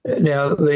Now